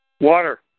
Water